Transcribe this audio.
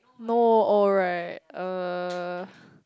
no oh right uh